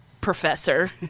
professor